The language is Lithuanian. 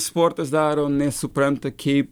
sportas daro nesupranta kaip